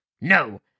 No